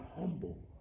humble